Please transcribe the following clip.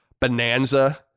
bonanza